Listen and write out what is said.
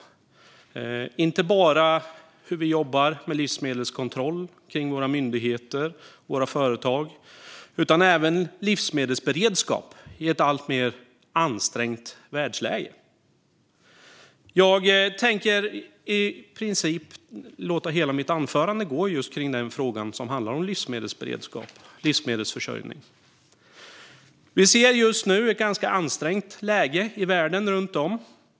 Det handlar inte bara om hur vi jobbar med livsmedelskontroll på våra myndigheter och våra företag utan även om livsmedelsberedskap i ett alltmer ansträngt världsläge. Jag tänker i princip låta hela mitt anförande gälla just frågan om livmedelsberedskap och livsmedelsförsörjning. Vi ser just nu ett ganska ansträngt länge runt om i världen.